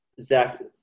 Zach